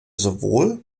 sowohl